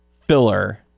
filler